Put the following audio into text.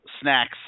snacks